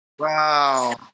Wow